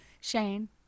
Shane